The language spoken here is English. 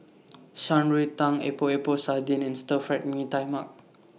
Shan Rui Tang Epok Epok Sardin and Stir Fried Mee Tai Mak